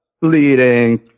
bleeding